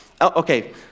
Okay